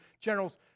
generals